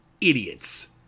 idiots